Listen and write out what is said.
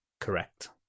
correct